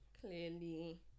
clearly